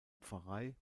pfarrei